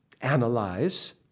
analyze